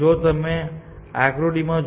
તો મને આ ક્રમમાં ફરીથી લખવા દો